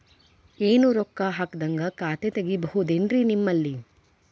ಏನು ರೊಕ್ಕ ಹಾಕದ್ಹಂಗ ಖಾತೆ ತೆಗೇಬಹುದೇನ್ರಿ ನಿಮ್ಮಲ್ಲಿ?